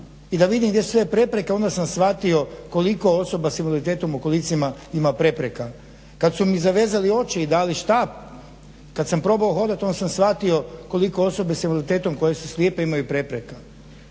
i da vidim gdje su sve prepreke onda sam shvatio koliko osoba s invaliditetom u kolicima ima prepreka. Kad su mi zavezali oči i dali štap, kad sam probao hodati onda sam shvatio koliko osobe s invaliditetom koje su slijepe imaju prepreka.